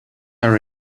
are